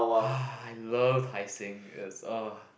[wah] I love Hai-Sing it's uh